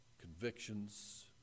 convictions